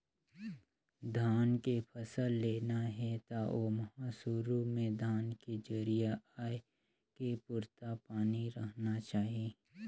धान के फसल लेना हे त ओमहा सुरू में धान के जरिया आए के पुरता पानी रहना चाही